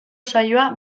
saioa